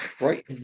right